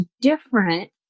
different